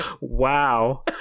Wow